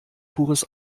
pures